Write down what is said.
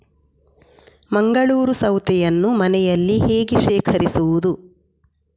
ಮಂಗಳೂರು ಸೌತೆಯನ್ನು ಮನೆಯಲ್ಲಿ ಹೇಗೆ ಶೇಖರಿಸುವುದು?